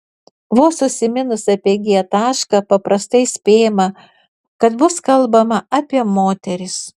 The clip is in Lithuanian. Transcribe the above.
vos užsiminus apie g tašką paprastai spėjama kad bus kalbama apie moteris